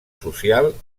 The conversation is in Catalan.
social